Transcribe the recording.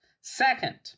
Second